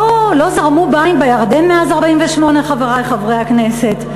לא זרמו מים בירדן מאז 1948, חברי חברי הכנסת?